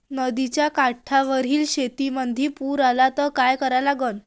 नदीच्या काठावरील शेतीमंदी पूर आला त का करा लागन?